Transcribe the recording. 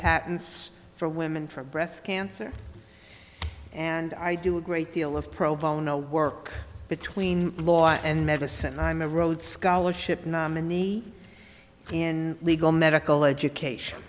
patents for women for breast cancer and i do a great deal of pro bono work between law and medicine and i'm a rhodes scholarship nominee in legal medical education